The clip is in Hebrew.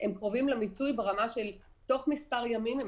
הם קרובים למיצוי ברמה שבתוך מספר ימים הם